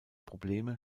probleme